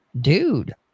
Dude